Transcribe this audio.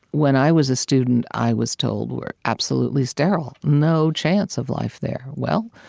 when i was a student, i was told were absolutely sterile no chance of life there. well,